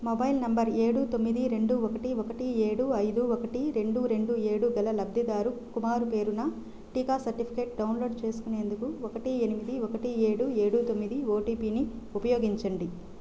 mobile number ఏడు తొమ్మిది రెండు ఒకటి ఒకటి ఏడు అయిదు ఒకటి రెండు రెండు ఏడు గల లబ్ధిదారు కుమార్ పేరున టీకా సర్టిఫికేట్ డౌన్లోడ్ చేసుకునేందుకు ఒకటి ఎనిమిది ఒకటి ఏడు ఏడు తొమ్మిది ఓటీపీని ఉపయోగించండి